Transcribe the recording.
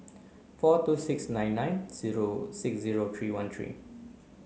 four two six nine nine zero six zero three one three